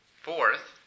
Fourth